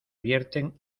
vierten